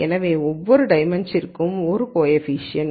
எனவே ஒவ்வொரு டைமென்ஷன்ற்கும் 1 கோஎஃபீஷியேன்ட் மற்றும் 1 கான்ஸ்டன்ட்